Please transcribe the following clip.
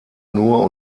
nur